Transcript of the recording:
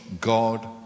God